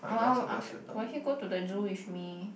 oh will he go to the zoo with me